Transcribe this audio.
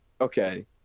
Okay